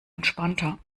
entspannter